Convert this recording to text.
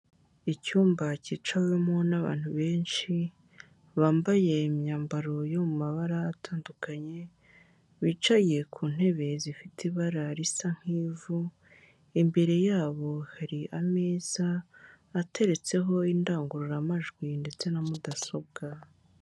Icyumba cyicawemo n'abantu benshi, bambaye imyambaro yo mu mabara atandukanye, bicaye ku ntebe zifite ibara risa nk'ivu, imbere yabo hari ameza ateretseho indangururamajwi ndetse na mudasobwa.